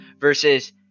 versus